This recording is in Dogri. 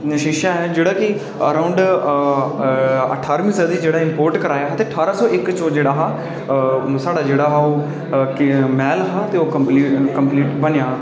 शीशा ऐ जेह्ड़ा कि आरउंड अठाह्रमीं सदी च इम्पोर्ट कराया हा ते अठाहरां सौ इक च ओह् जेह्ड़ा हा जाइयै साढ़ा जेह्ड़ा ओह् मैह्ल हा कम्प्लीट होआ हा